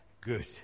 Good